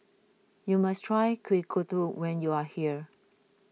you must try Kuih Kodok when you are here